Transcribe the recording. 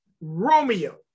Romeo